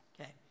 Okay